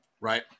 right